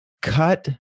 cut